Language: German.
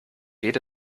jede